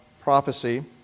prophecy